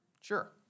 Sure